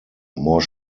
more